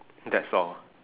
that's all